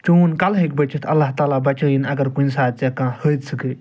چون کَلہٕ ہٮ۪کہِ بٔچِتھ اللہ تعالٰۍ بچٲیِن اَگر کُنہِ ساتہٕ ژےٚ کانٛہہ حٲدِثہٕ گٕے